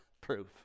proof